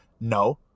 No